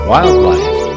Wildlife